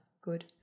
Good